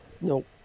Nope